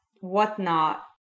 whatnot